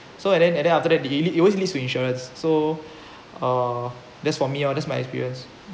so and then and then after that it lead it always lead to insurance so uh that's for me oh that's my experience